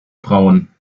frauen